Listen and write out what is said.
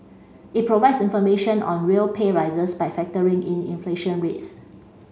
it provides information on real pay rises by factoring in inflation rates